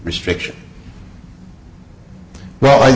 restriction well i